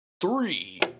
Three